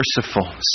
merciful